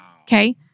okay